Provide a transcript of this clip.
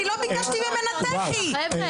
לא ביקשתי ממנה --- (אומרת דברים בשפת הסימנים,